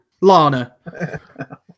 Lana